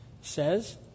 says